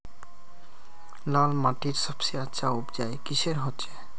लाल माटित सबसे अच्छा उपजाऊ किसेर होचए?